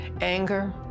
anger